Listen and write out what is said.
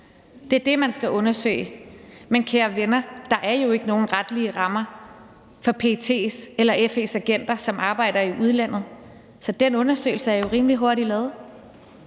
Det er det, man skal undersøge. Men kære venner, der er jo ikke nogen retlige rammer for PET's eller FE's agenter, som arbejder i udlandet. Så den undersøgelse er jo rimelig hurtigt lavet.